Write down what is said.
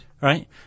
Right